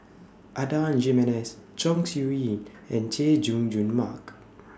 Adan Jimenez Chong Siew Ying and Chay Jung Jun Mark